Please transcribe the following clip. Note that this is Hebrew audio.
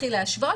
להתחיל להשוות.